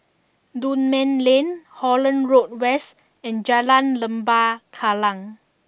Dunman Lane Holland Road West and Jalan Lembah Kallang